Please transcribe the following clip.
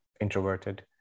introverted